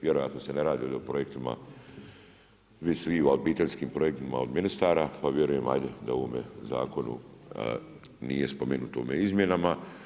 Vjerojatno se ne radi o projektima Vis viva obiteljskim projektima od ministara, pa vjerujem ajde da u ovome zakonu nije spomenuto u izmjenama.